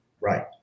Right